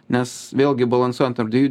nes vėlgi balansuojant tarp dviejų